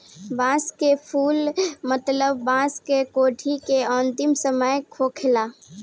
बांस के फुल मतलब बांस के कोठी के अंतिम समय होखेला